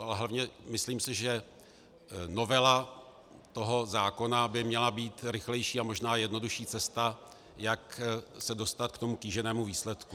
A hlavně myslím, že novela toho zákona by měla být rychlejší a možná jednodušší cesta, jak se dostat k tomu kýženému výsledku.